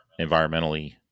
environmentally